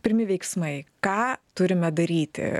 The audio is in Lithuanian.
pirmi veiksmai ką turime daryti